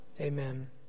Amen